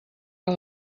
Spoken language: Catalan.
que